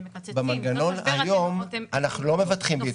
במנגנון היום אנחנו לא מבטחים בעתות משבר.